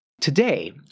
Today